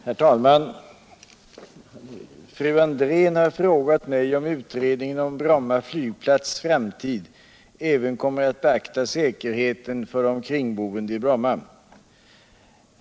Herr talman! Fru Andrén har frågat mig om utredningen om Bromma flygplats framtid även kommer att beakta säkerheten för de kringboende i Bromma.